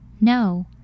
No